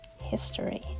history